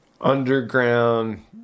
underground